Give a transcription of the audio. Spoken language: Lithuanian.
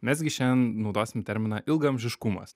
mes gi šiandien naudosim terminą ilgaamžiškumas